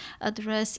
address